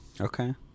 Okay